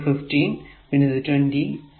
പിന്നെ 15 Ω പിന്നെ 20 Ω